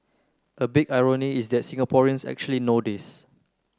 a big irony is that Singaporeans actually know this